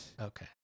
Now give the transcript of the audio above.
Okay